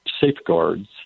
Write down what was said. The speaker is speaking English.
safeguards